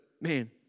man